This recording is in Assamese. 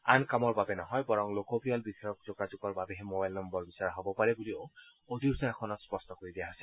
আন কামৰ বাবে নহয় বৰং লোকপিয়ল বিষয়ক যোগাযোগৰ বাবেহে মবাইল নম্বৰ বিচৰা হ'ব পাৰে বুলি অধিসূচনাখনত স্পষ্ট কৰি দিয়া হৈছে